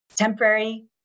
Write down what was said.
temporary